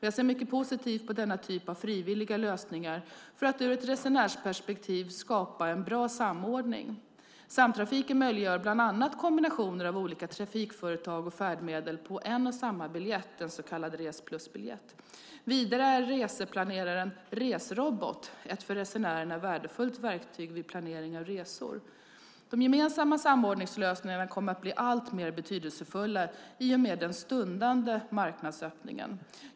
Jag ser mycket positivt på denna typ av frivilliga lösningar för att ur ett resenärsperspektiv skapa en bra samordning. Samtrafiken möjliggör bland annat kombinationer av olika trafikföretag och färdmedel på en och samma biljett, en så kallad Resplusbiljett. Vidare är reseplaneraren Resrobot ett för resenärerna värdefullt verktyg vid planering av resor. De gemensamma samordningslösningarna kommer att bli alltmer betydelsefulla i och med den stundande marknadsöppningen.